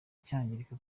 cyangirika